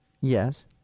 Yes